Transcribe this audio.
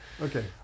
Okay